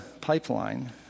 pipeline